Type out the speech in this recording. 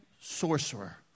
sorcerer